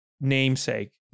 namesake